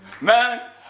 man